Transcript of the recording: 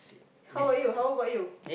how about you how about you